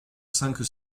cinq